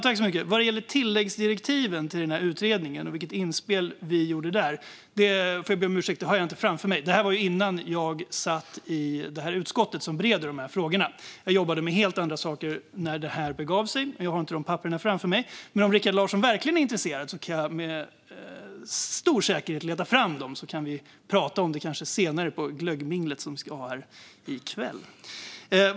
Fru talman! Vad gäller tilläggsdirektiven till utredningen och vilket inspel vi gjorde där får jag be om ursäkt, men jag har inte detta framför mig. Det här skedde innan jag satt i det utskott som bereder de här frågorna. Jag jobbade med helt andra saker när det begav sig, och jag har inte papperen framför mig. Men om Rikard Larsson verkligen är intresserad kan jag med stor säkerhet leta fram dem, så kan vi prata om det senare - kanske på det glöggmingel vi ska ha i kväll.